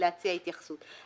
ולהציע התייחסות.